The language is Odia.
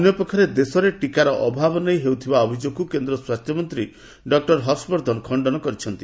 ଅନ୍ୟପକ୍ଷରେ ଦେଶରେ ଟିକା ଅଭାବ ନେଇ ହେଉଥିବା ଅଭିଯୋଗକୁ କେନ୍ଦ ସ୍ୱାସ୍ଥ୍ୟମନ୍ତୀ ଡକ୍କର ହର୍ଷବର୍ଦ୍ଧନ ଖଶ୍ତନ କରିଛନ୍ତି